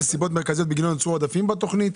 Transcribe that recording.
זה סיבות מרכזיות שבגללן נוצרו עודפים בתוכנית.